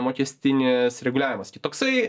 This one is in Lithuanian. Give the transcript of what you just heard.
mokestinis reguliavimas kitoksai